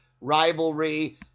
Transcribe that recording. rivalry